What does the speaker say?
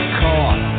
caught